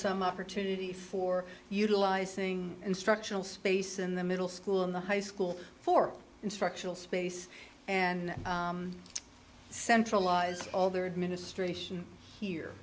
some opportunity for utilizing instructional space in the middle school in the high school for instructional space and centralize all the administrat